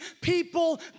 people